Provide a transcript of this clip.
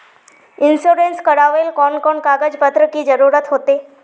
Insurance करावेल कोन कोन कागज पत्र की जरूरत होते?